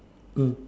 mm